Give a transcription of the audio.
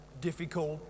difficult